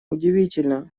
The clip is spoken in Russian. удивительно